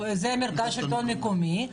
הוא מרכז השלטון המקומי.